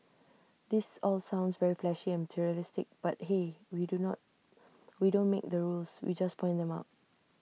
this all sounds very flashy and materialistic but hey we do not we don't make the rules we just point them out